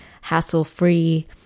hassle-free